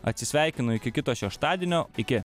atsisveikinu iki kito šeštadienio iki